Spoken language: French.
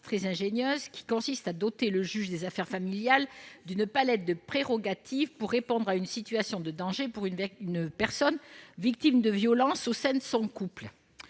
très ingénieuse, qui consiste à doter le juge des affaires familiales d'une palette de prérogatives pour répondre à une situation de danger pour une personne victime de violences au sein de son couple.